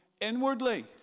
inwardly